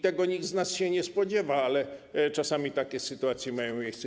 Tego nikt z nas się nie spodziewa, ale czasami takie sytuacje mają miejsce.